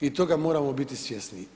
I toga moramo biti svjesni.